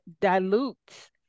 dilutes